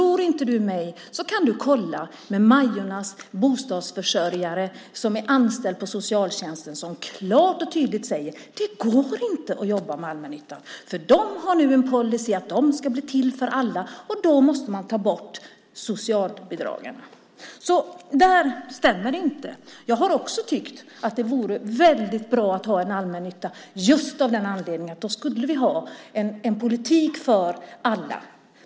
Om du inte tror mig så kan du kolla med Majornas bostadsförsörjare som är anställd på socialtjänsten, som klart och tydligt säger: Det går inte att jobba med allmännyttan, för den har nu en policy som säger att den ska bli till för alla, och då måste man ta bort socialbidragstagarna! Detta stämmer alltså inte. Jag har också tyckt att det vore bra att ha en allmännytta just av anledningen att vi då skulle ha en politik för alla.